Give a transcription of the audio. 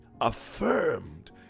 affirmed